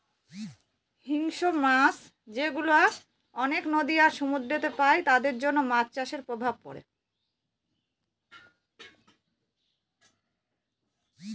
হিংস্র মাছ যেগুলা অনেক নদী আর সমুদ্রেতে পাই তাদের জন্য মাছ চাষের প্রভাব পড়ে